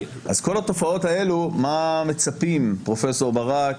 כל התופעות האלה מה מצפים פרופ' ברק,